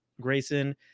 Grayson